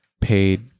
paid